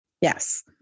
Yes